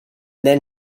then